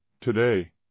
today